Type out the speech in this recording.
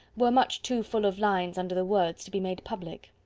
were much too full of lines under the words to be made public.